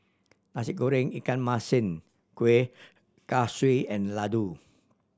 Nasi Goreng ikan masin Kueh Kaswi and laddu